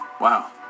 Wow